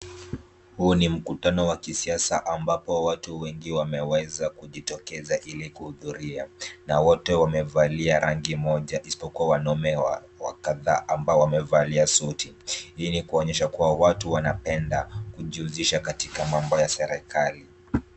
Huu ni mkutano wa kisiasa ambapo watu wengi wameweza kujitokeza ili kuhudhuria, na wote wamevalia rangi moja isipokuwa wanaume kadhaa ambao wamevalia suti, hii ni kuonyesha kuwa watu wanapenda kujihusisha katika mambo ya serikali.